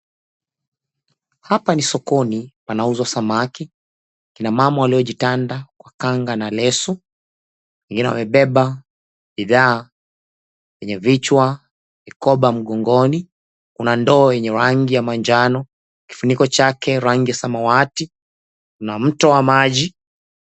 Hapa ni sokoni wanauza samaki wakina mama walio jitanga kwa kanga na leso wengine wamebeba bidhaa kwenye vichwa, mikoba migogoni. Kuna ndoo yenye rangi ya manjano, kifuniko chake rangi samawati, na mtoo wa maji.